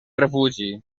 refugi